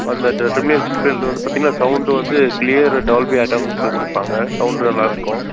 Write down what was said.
அந்த டீமுலேஸ் டிஸ்பிளேவில் வந்து பார்த்தீங்கன்னா சௌண்டு வந்து கிளீயரு டால்பி ஆட்டம்ஸில் கொடுப்பாங்க சௌண்டு நல்லா இருக்கும்